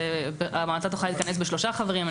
המועצה תוכל להתכנס בשלושה חברים.